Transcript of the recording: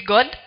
God